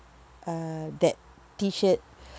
uh that T shirt